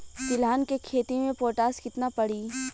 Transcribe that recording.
तिलहन के खेती मे पोटास कितना पड़ी?